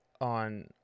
on